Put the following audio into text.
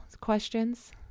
questions